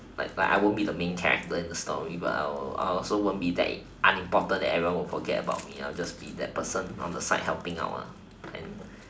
like like I won't be the main character in the story but I will I also won't be that unimportant that everyone will forget about me I will just be that person on the side helping out and